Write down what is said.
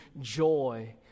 joy